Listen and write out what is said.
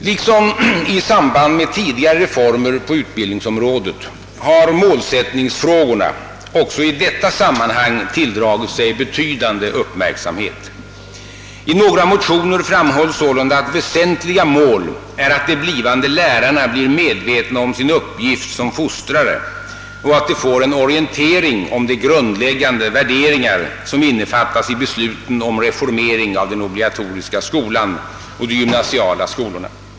Liksom i samband med tidigare reformer på utbildningsområdet har målsättningsfrågorna också i detta sammanhang tilldragit sig betydande uppmärksamhet. I några motioner framhålles sålunda att väsentliga mål är att de blivande lärarna blir medvetna om sin uppgift som fostrare och att de får en orientering om de grundläggande värderingar som innefattas i besluten om reformering av den obligatoriska skolan och av de gymnasiala skolorna.